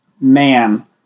Man